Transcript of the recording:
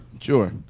Sure